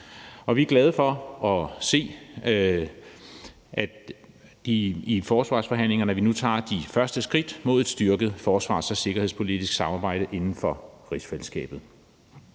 i forsvarsforhandlingerne nu tager de første skridt mod et styrket forsvars- og sikkerhedspolitisk samarbejde inden for rigsfællesskabet.